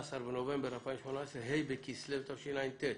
13 בנובמבר 2018, ה' בכסלו התשע"ט.